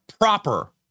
proper